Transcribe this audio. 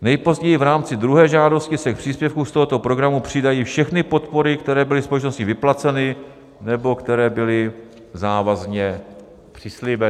Nejpozději v rámci druhé žádosti se k příspěvku z tohoto programu přidají všechny podpory, které byly společností vyplaceny nebo které byly závazně přislíbeny.